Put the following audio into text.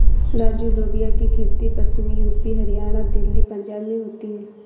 राजू लोबिया की खेती पश्चिमी यूपी, हरियाणा, दिल्ली, पंजाब में होती है